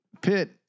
Pitt